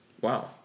Wow